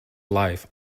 life